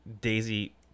daisy